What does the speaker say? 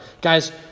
Guys